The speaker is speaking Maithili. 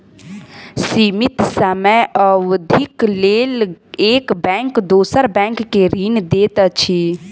सीमित समय अवधिक लेल एक बैंक दोसर बैंक के ऋण दैत अछि